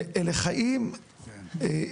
ואלה חיים מתישים.